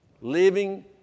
living